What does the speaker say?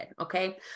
Okay